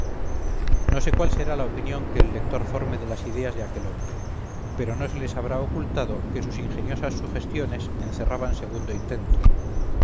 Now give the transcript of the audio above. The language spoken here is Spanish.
no sé cuál será la opinión que el lector forme de las ideas de aquel hombre pero no se les habráocultado que sus ingeniosas sugestiones encerraban segundo intento